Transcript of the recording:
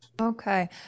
Okay